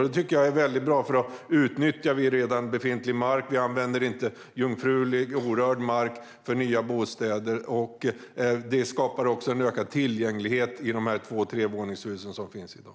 Det tycker jag är väldigt bra, för då utnyttjar man redan befintlig mark. Man använder inte jungfrulig orörd mark för nya bostäder. Det skapar också en ökad tillgänglighet i de två och trevåningshus som finns i dag.